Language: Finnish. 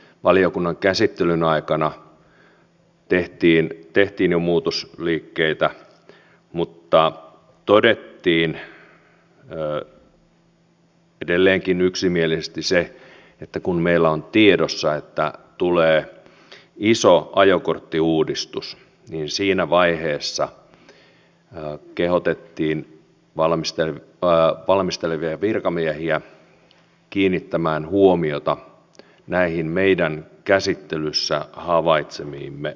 valiokunnan käsittelyn aikana tehtiin jo muutosliikkeitä mutta todettiin edelleenkin yksimielisesti se että kun meillä on tiedossa että tulee iso ajokorttiuudistus niin siinä vaiheessa kehotettiin valmistelevia virkamiehiä kiinnittämään huomiota näihin meidän käsittelyssä havaitsemiimme ongelmiin